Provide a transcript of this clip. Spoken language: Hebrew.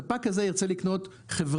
ספק כזה ירצה לקנות חברה,